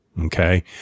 Okay